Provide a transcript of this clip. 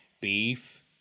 beef